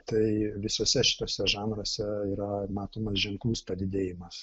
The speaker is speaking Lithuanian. tai visose šitose žanruose yra matomas ženklus padidėjimas